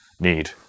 need